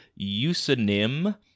Usanim